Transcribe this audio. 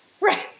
Right